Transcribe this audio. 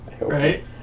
Right